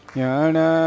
yana